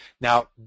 Now